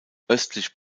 östlich